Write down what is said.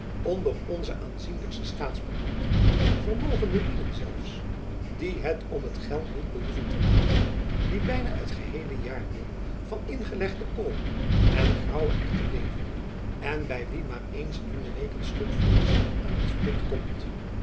onder onze aanzienlijkste staatsbeambten vermogende lieden zelfs die het om t geld niet behoeven te laten die byna t geheele jaar door van ingelegde kool en graauwe erwten leven en by wie maar eens in de week een stuk vleesch aan t spit komt